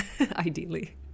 ideally